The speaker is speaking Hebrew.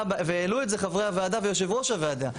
והעלו את זה חברי הוועדה ויושב-ראש הוועדה.